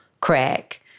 crack